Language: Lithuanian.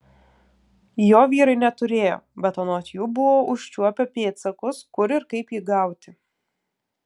jo vyrai neturėjo bet anot jų buvo užčiuopę pėdsakus kur ir kaip jį gauti